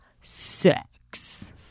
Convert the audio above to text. sex